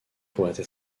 pourraient